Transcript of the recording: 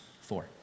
four